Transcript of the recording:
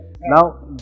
Now